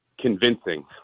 convincing